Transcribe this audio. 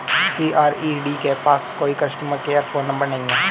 CRED के पास कोई कस्टमर केयर फोन नंबर नहीं है